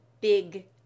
big